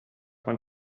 one